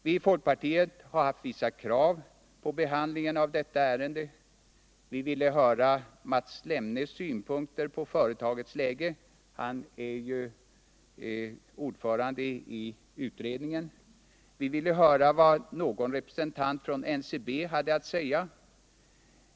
Vi i folkpartiet har haft vissa krav på behandlingen av detta ärende. Vi ville bl.a. höra Mats Lemnes synpunkter på företagets läge. Han är ju ordförande i utredningen. Vi ville också höra vad någon representant för NCB hade att säga.